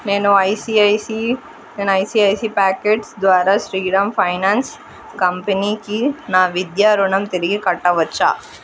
నేను ఐసీఐసీ నేను ICICI packets ద్వారా శ్రీరామ్ ఫైనాన్స్ కంపెనీకి నా విద్యా రుణం తిరిగి కట్టవచ్చా